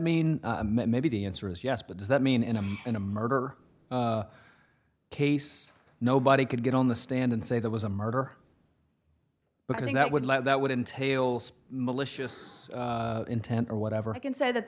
mean maybe the answer is yes but does that mean in a in a murder case nobody could get on the stand and say there was a murderer because that would like that would entail spam malicious intent or whatever i can say that